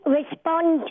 respond